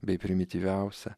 bei primityviausią